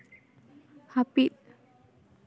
ᱦᱟᱹᱯᱤᱫ